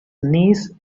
knees